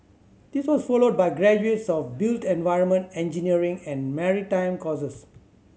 this was followed by graduates of built environment engineering and maritime courses